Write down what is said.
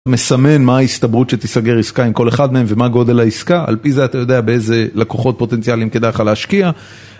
מסמן מה ההסתברות שתיסגר עסקה עם כל אחד מהם ומה גודל העסקה, על פי זה אתה יודע באיזה לקוחות פוטנציאליים כדאי לך להשקיע.